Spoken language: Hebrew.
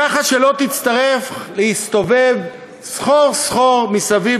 ככה שלא תצטרך להסתובב סחור-סחור מסביב